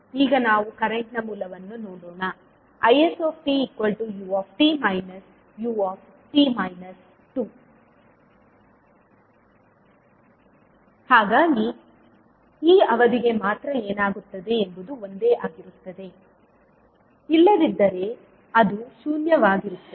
ಈಗ ನಾವು ಕರೆಂಟ್ನ ಮೂಲವನ್ನು ನೋಡೋಣ ist ut u ಹಾಗಾಗಿ ಈ ಅವಧಿಗೆ ಮಾತ್ರ ಏನಾಗುತ್ತದೆ ಎಂಬುದು ಒಂದೇ ಆಗಿರುತ್ತದೆ ಇಲ್ಲದಿದ್ದರೆ ಅದು ಶೂನ್ಯವಾಗಿರುತ್ತದೆ